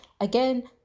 again